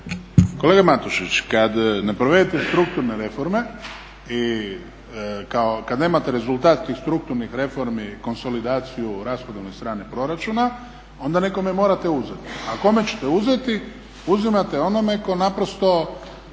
Kolega Matušić, kad ne provedete strukturne reforme i kad nemate rezultat ti strukturnih reformi konsolidaciju rashodovne strane proračuna ona nekome morate uzeti. A kome ćete uzeti? Uzimate onome tko naprosto